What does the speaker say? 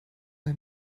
bei